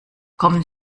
kommen